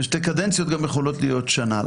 ושתי קדנציות גם יכולות להיות שנה.